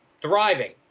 thriving